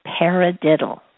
paradiddle